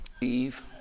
Eve